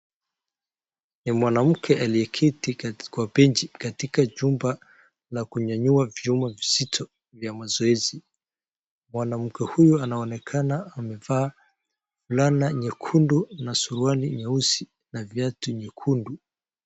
Ni mwanamke aliyeketi kwa benchi katika chumba la kunyanyua vyuma vizito vya mazoezi. Mwanamke huyu anaonekana amevaa fulana nyekundu na suruali nyeusi na viatu nyekundu.